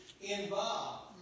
involved